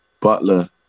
Butler